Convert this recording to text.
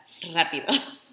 rápido